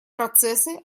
процессы